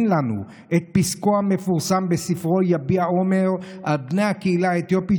לנו את פסקו המפורסם בספרו "יביע אומר" על בני הקהילה האתיופית,